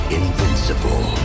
invincible